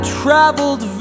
traveled